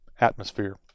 Atmosphere